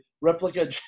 replica